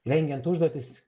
rengiant užduotis